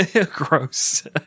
Gross